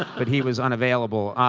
but he was unavailable.